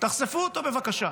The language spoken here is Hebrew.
תחשפו אותו, בבקשה.